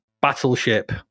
Battleship